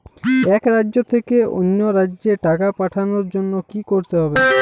এক রাজ্য থেকে অন্য রাজ্যে টাকা পাঠানোর জন্য কী করতে হবে?